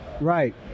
Right